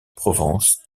provence